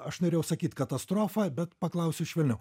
aš norėjau sakyt katastrofa bet paklausiu švelniau